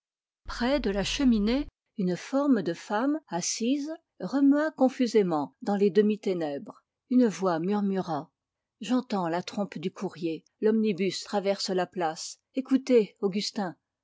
près de la cheminée une forme de femme assise remua confusément dans les demi-ténèbres une voix murmura j'entends la trompe du courrier l'omnibus traverse la place écoutez augustin